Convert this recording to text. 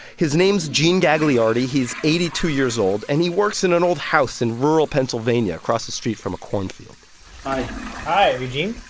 his name's gene gagliardi. he's eighty two years old, and he works in an old house in rural pennsylvania, across the street from a cornfield hi hi, are you gene?